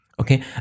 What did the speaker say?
Okay